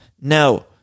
No